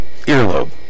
earlobe